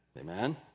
Amen